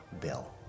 bill